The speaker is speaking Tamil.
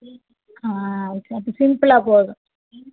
ஆ சரி சிம்பிளாக போதும்